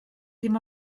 dim